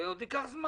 זה עוד ייקח זמן.